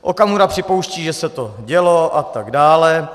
Okamura připouští, že se to dělo atd.